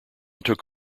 took